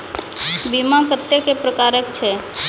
बीमा कत्तेक प्रकारक छै?